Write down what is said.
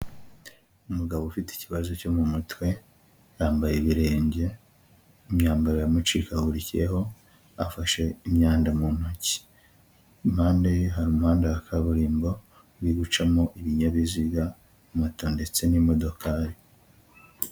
Umugabo ufite ikibazo cyo mu mutwe yambaye ibirenge, imyambaro yamucikagurikiyeho, afashe imyanda mu ntoki, impande hari umuhanda wa kaburimbo uri gucamo ibinyabiziga mota ndetse n'imodokari.